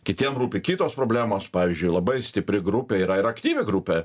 kitiem rūpi kitos problemos pavyzdžiui labai stipri grupė yra ir aktyvi grupė